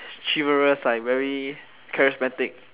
chivalrous like very charismatic